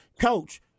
Coach